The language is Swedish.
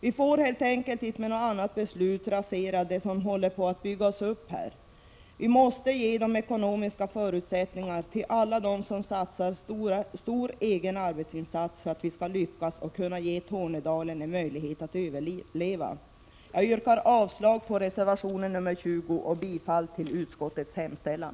Vi får helt enkelt inte med något annat beslut rasera det som håller på att byggas upp. Vi måste ge ekonomiska förutsättningar till alla dem som satsar stor egen arbetsinsats för att vi skall lyckas och kunna ge Tornedalen möjlighet att överleva. Jag yrkar avslag på reservation 20 och bifall till utskottets hemställan.